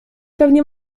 pewnie